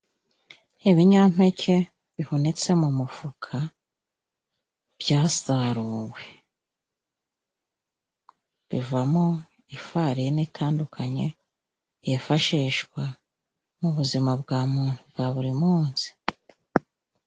Ibinyampeke bihunitse mu mufuka byasaruwe. Bivamo ifarini itandukanye yifashishwa mu buzima bwa muntu bwa buri munsi.